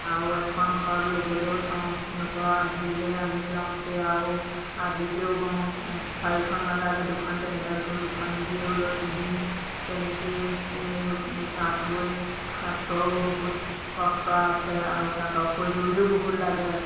আও এখন ঘৰত ল'বলৈও থওঁ লোকৰ আধিলে আনি লওঁ সেই আও আধিকেও বওঁ চাৰিখন লগালে দুখন তেহেঁতক দিওঁ দুখন নিজেও লৈ পিন্ধি তেনেকেই এই তাঁত বৈ তাঁতত বহুত কষ্ট আছে আৰু তাঁতৰ সঁজুলিও বহুত লাগে